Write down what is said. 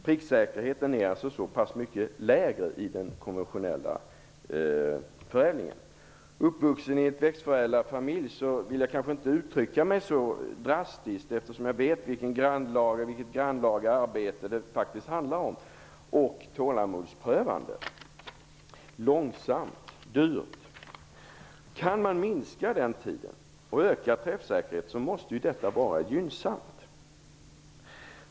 Pricksäkerheten är alltså så pass mycket mindre i den konventionella förädlingen. Uppvuxen i en växtförädlarfamilj vill jag kanske inte uttrycka mig så drastiskt. Jag vet vilket grannlaga och tålamodsprövande arbete det faktiskt handlar om. Det är också långsamt och dyrt. Kan man minska den tid det tar och öka träffsäkerheten måste detta vara gynnsamt.